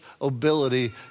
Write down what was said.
ability